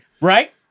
right